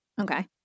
Okay